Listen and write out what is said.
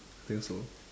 think so